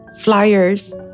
flyers